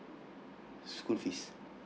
school fees